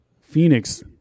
Phoenix